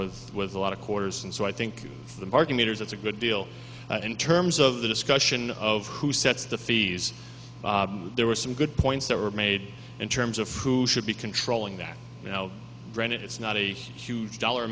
with with a lot of quarters and so i think the parking meters it's a good deal in terms of the discussion of who sets the fees there were some good points that were made in terms of who should be controlling that you know granted it's not a huge dollar